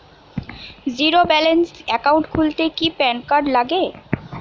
Zero balance account খুলতে কি PAN card লাগে?